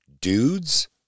dudes